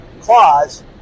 clause